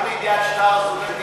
האם לידיעת שאר הסטודנטים,